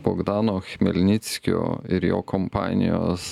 bogdano chmelnickio ir jo kompanijos